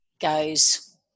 goes